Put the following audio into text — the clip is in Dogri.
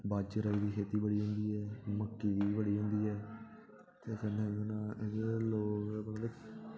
बाजरै दी बड़ी होंदी ऐ मक्की दी बी बड़ी होंदी ऐ ते कन्नै इ'यै लोग मतलब